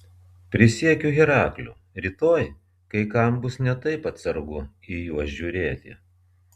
prisiekiu herakliu rytoj kai kam bus ne taip atsargu į juos žiūrėti